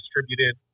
distributed